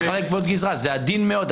זה עדין מאוד,